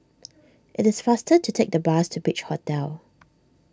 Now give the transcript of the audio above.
it is faster to take the bus to Beach Hotel